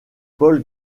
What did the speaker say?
paul